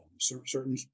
certain